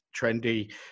trendy